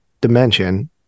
Dimension